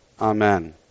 amen